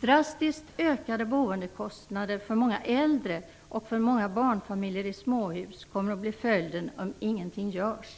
Drastiskt ökade boendekostnader för många äldre och för många barnfamiljer i småhus kommer att bli följden om ingenting görs.